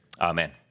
Amen